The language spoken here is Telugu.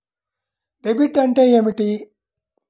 డెబిట్ అంటే ఏమిటి?